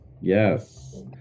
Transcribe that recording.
Yes